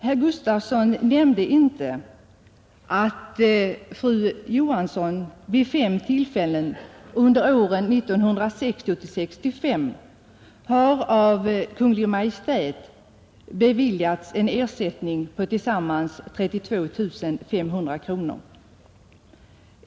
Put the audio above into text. Herr Gustavsson nämnde inte att fru Johansson vid fem tillfällen under åren 1960—1965 av Kungl. Maj:t beviljats ersättning på sammanlagt 32 500 kronor.